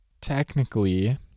technically